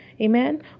Amen